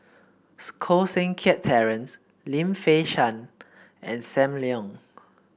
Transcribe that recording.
Koh Seng Kiat Terence Lim Fei Shen and Sam Leong